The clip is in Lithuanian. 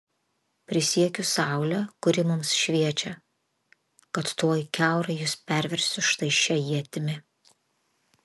prisiekiu saule kuri mums šviečia kad tuoj kiaurai jus perversiu štai šia ietimi